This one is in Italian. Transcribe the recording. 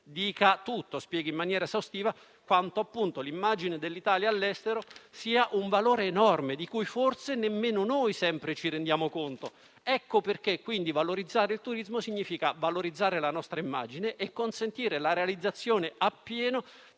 dica tutto, che spieghi in maniera esaustiva quanto l'immagine dell'Italia all'estero sia un valore enorme, di cui forse nemmeno noi ci rendiamo sempre conto. Ecco perché valorizzare il turismo significa valorizzare la nostra immagine e consentire la realizzazione appieno